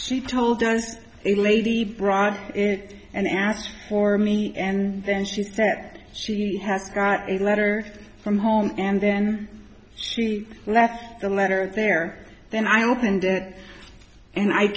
she told dunst a lady brought it and asked for me and then she says that she has got a letter from home and then she left the letter there then i opened it and i